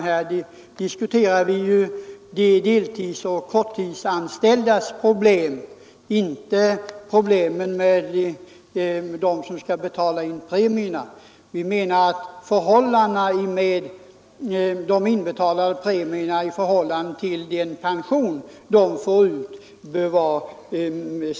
Här diskuterar vi ju de deltidsanställdas och korttidsanställdas problem och inte situationen för dem som skall betala in premierna. Vi menar att premierna bör stå i ett riktigt förhållande till den pension man får ut.